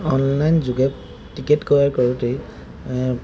online যোগে ticket তৈয়াৰ কৰোঁতেই